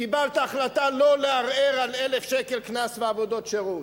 קיבלת החלטה לא לערער על 1,000 שקל קנס ועבודות שירות.